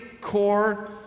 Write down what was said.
core